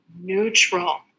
neutral